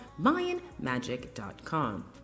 MayanMagic.com